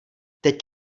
teď